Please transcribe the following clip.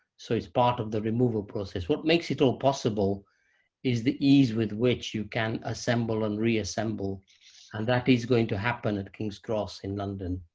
so it's part of the removal process. what makes it all possible is the ease with which you can assemble and reassemble, and that is going to happen at king's cross in london.